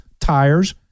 tires